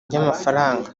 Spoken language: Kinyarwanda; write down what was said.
ry’amafaranga